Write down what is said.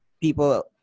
people